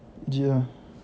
legit ah